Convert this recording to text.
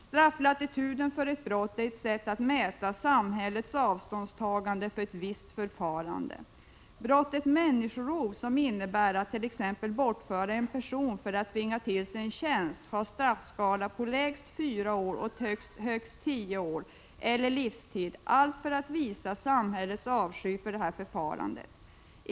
Strafflatituden för brott är ett sätt att mäta samhällets avståndstagande från ett visst förfarande. Brottet människorov, som innebär attt.ex. bortföra en person för att tvinga till sig en tjänst, har en straffskala på lägst fyra år och högst tio år eller livstid — allt för att visa samhällets avsky för detta förfarande.